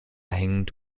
hängend